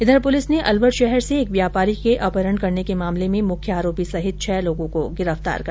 इधर पुलिस ने अलवर शहर से एक व्यापारी के अपहरण करने के मामले में मुख्य आरोपी सहित छह लोगों को गिरफ्तार कर लिय हैं